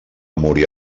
morir